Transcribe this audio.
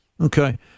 Okay